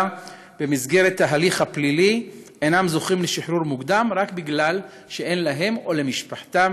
במסגרת ההליך הפלילי אינם זוכים לשחרור מוקדם רק כי אין להם או למשפחתם